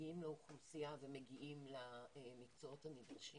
מגיעים לאוכלוסייה ומגיעים למקצועות הנדרשים